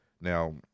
Now